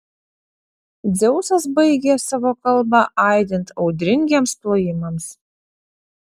dzeusas baigė savo kalbą aidint audringiems plojimams